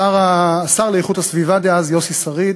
השר לאיכות הסביבה דאז יוסי שריד